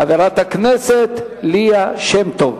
חברת הכנסת ליה שמטוב.